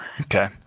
Okay